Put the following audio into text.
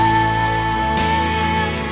and